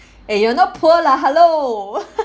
eh you're not poor lah hello